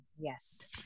Yes